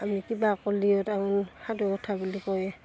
আমি কিবা ক'লিও তাহোন সাধু কথা বুলি কয়